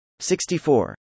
64